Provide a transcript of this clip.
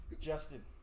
Justin